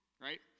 Right